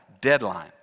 deadline